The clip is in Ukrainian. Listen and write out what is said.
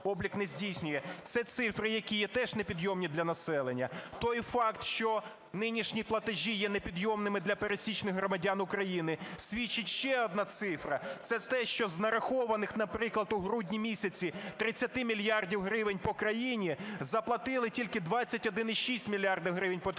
Це цифри, які є теж непідйомні для населення. Той факт, що нинішні платежі є непідйомними для пересічних громадян України, свідчить ще одна цифра, - це те, що з нарахованих, наприклад, у грудні місяці 30 мільярдів гривень по країні заплатили тільки 21,6 мільярда гривень по країні.